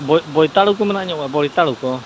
ᱵᱳᱭᱛᱟᱲᱳ ᱠᱚ ᱢᱮᱱᱟᱜᱼᱟ ᱤᱧᱟᱹᱜ ᱢᱟ ᱵᱳᱭᱛᱟᱲᱳ ᱠᱚ